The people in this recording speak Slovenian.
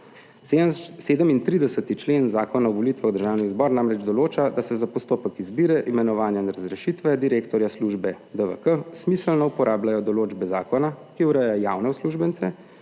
37. člen Zakona o volitvah v Državni zbor namreč določa, da se za postopek izbire, imenovanja in razrešitve direktorja službe DVK smiselno uporabljajo določbe zakona, ki ureja javne uslužbence